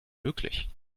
möglich